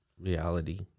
reality